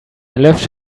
left